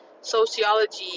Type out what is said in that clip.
sociology